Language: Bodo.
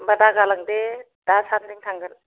होमबा दागालांदे दा सानजों थांगोन